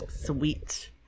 Sweet